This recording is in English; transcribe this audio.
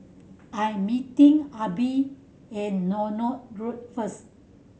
I'm meeting Abie at Northolt Road first